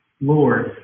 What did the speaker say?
Lord